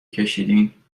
کشیدین